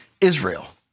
Israel